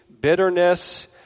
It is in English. bitterness